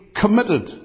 committed